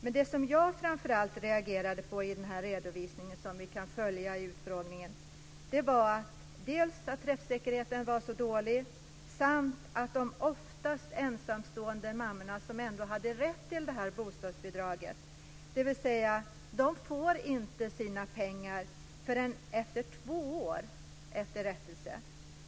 Men det som jag framför allt reagerade på i den redovisning som vi kan följa i utfrågningen var att träffsäkerheten var så dålig samt att de oftast ensamstående mammorna som ändå hade rätt till det här bostadsbidraget inte får sina pengar förrän efter två år efter rättelse.